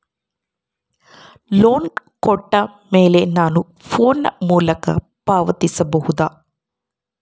Loan ಕೊಟ್ಟ ಮೇಲೆ ನಾನು ಫೋನ್ ಮೂಲಕ ಪಾವತಿಸಬಹುದಾ?